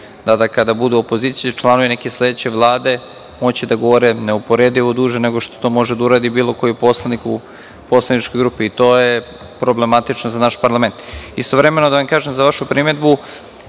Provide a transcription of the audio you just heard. tada kada budu opozicija, da će članovi neke sledeće Vlade moći da govore neuporedivo duže nego što to može da uradi bilo koji poslanik u poslaničkoj grupi. To je problematično za naš parlament. Istovremeno da vam kažem za vašu primedbu